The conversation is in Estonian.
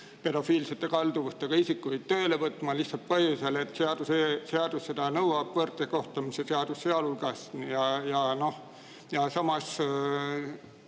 pedofiilsete kalduvustega isikuid tööle võtma lihtsalt põhjusel, et seadus seda nõuab, võrdse kohtlemise seadus sealhulgas. Samas